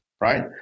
right